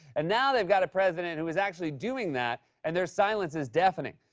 and now they've got a president who is actually doing that and their silence is deafening.